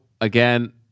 Again